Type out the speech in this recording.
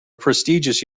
prestigious